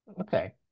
Okay